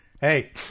Hey